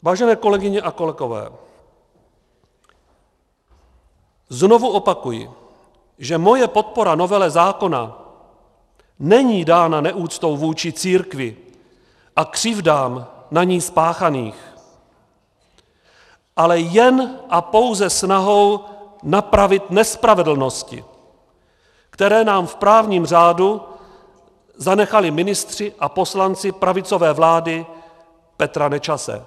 Vážené kolegyně a kolegové, znovu opakuji, že moje podpora novele zákona není dána neúctou vůči církvi a křivdám na ní spáchaných, ale jen a pouze snahou napravit nespravedlnosti, které nám v právním řádu zanechali ministři a poslanci pravicové vlády Petra Nečase.